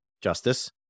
justice